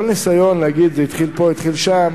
כל ניסיון לומר שזה התחיל פה, התחיל שם,